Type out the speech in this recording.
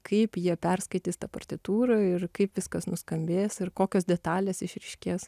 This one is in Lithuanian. kaip jie perskaitys tą partitūrą ir kaip viskas nuskambės ir kokios detalės išryškės